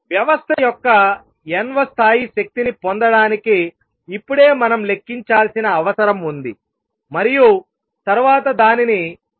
వ్యవస్థ యొక్క n వ స్థాయి శక్తిని పొందడానికి ఇప్పుడే మనం లెక్కించాల్సిన అవసరం ఉంది మరియు తరువాత దానిని చేద్దాం